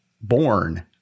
born